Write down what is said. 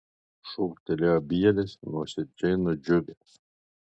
šūktelėjo bielis nuoširdžiai nudžiugęs